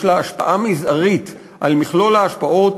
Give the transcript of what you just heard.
יש לה השפעה מזערית על מכלול ההשפעות